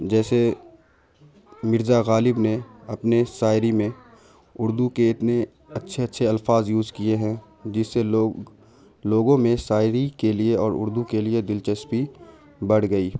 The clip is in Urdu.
جیسے مرزا غالب نے اپنے شاعری میں اردو کے اتنے اچھے اچھے الفاظ یوز کیے ہیں جس سے لوگ لوگوں میں شاعری کے لیے اور اردو کے لیے دلچسپی بڑھ گئی